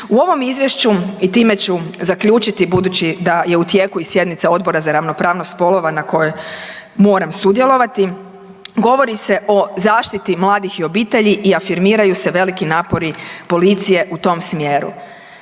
U ovom izvješću i time ću zaključiti budući da je u tijeku i sjednica Odbora za ravnopravnost spolova na kojoj moram sudjelovati, govori se o zaštiti mladih i obitelji i afirmiraju se veliki napori policije u tom smjeru.